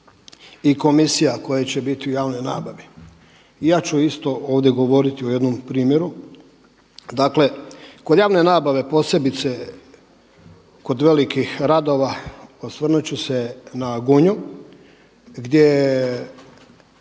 i komisija koje će biti u javnoj nabavi. I ja ću isto ovdje govoriti o jednom primjeru. Dakle, kod javne nabave posebice kod velikih radova osvrnut ću se na Gunju gdje